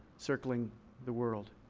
circling the world.